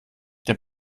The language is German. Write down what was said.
der